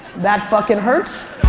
that fucking hurts.